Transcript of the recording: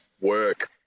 work